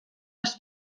les